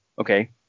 Okay